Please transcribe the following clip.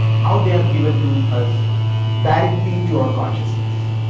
how they are given to us directly to our consciousness,